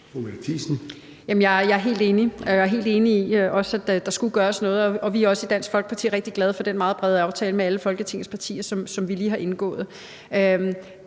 også helt enig i, at der skulle gøres noget. Vi i Dansk Folkeparti er også rigtig glade for den meget brede aftale med alle Folketingets partier, som vi lige har indgået.